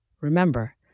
Remember